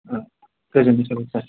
औ गोजोनथों सार अके